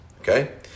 Okay